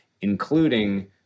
including